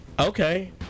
Okay